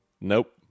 Nope